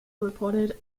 reported